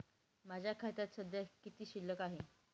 माझ्या खात्यात सध्या किती शिल्लक आहे?